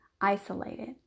isolated